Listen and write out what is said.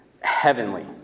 heavenly